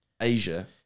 Asia